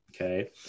okay